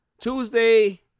Tuesday